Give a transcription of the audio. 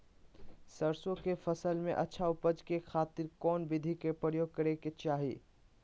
सरसों के फसल में अच्छा उपज करे खातिर कौन विधि के प्रयोग करे के चाही?